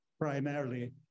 primarily